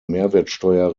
mehrwertsteuer